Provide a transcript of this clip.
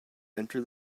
enter